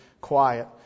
quiet